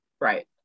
right